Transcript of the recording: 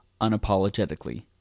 unapologetically